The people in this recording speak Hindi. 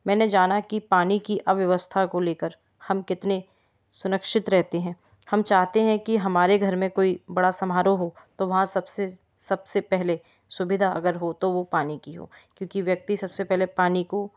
मैंने जाना की पानी की अव्यवस्था को लेकर हम कितने सुरक्षित रहते हैं हम चाहते है की हमारे घर में कोई बड़ा समारोह हो तो वहाँ सबसे सबसे पहले सुविधा अगर हो तो वह पानी की हो क्योंकि व्यक्ति सबसे पहले पानी को